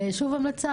שוב המלצה,